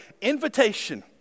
invitation